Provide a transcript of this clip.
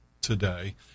today